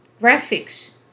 graphics